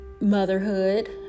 motherhood